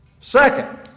Second